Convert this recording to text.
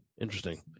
Interesting